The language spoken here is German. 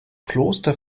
kloster